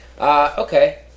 Okay